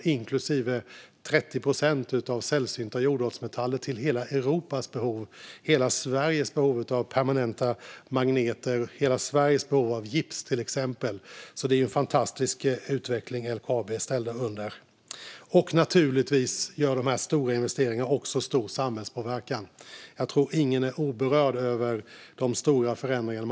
Det handlar till exempel om 30 procent av hela Europas behov av sällsynta jordartsmetaller, hela Sveriges behov av permanenta magneter och hela Sveriges behov av gips. Det är alltså en fantastisk utveckling som LKAB genomgår. Naturligtvis medför dessa stora investeringar också en stor samhällspåverkan. Jag tror inte att någon är oberörd av de stora förändringarna.